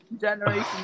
Generation